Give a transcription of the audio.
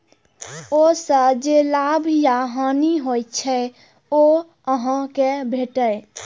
ओइ सं जे लाभ या हानि होइ छै, ओ अहां कें भेटैए